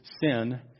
sin